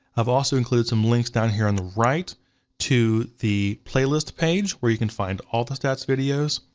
i've also included some links down here on the right to the playlist page where you can find all the stats videos,